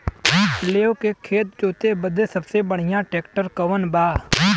लेव के खेत जोते बदे सबसे बढ़ियां ट्रैक्टर कवन बा?